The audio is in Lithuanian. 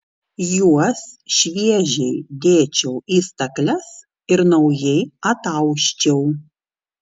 juos šviežiai dėčiau į stakles ir naujai atausčiau